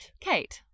Kate